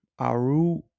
Aru